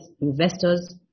investors